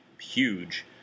huge